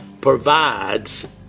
provides